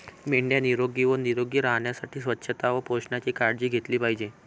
मेंढ्या निरोगी व निरोगी राहण्यासाठी स्वच्छता व पोषणाची काळजी घेतली पाहिजे